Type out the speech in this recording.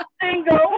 single